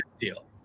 deal